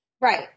Right